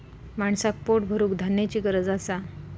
माणसाक पोट भरूक धान्याची गरज असा